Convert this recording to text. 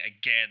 again